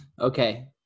Okay